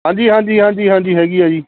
ਹਾਂਜੀ ਹਾਂਜੀ ਹਾਂਜੀ ਹਾਂਜੀ ਹੈਗੀ ਆ ਜੀ